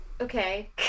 Okay